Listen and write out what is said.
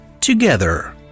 together